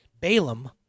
Balaam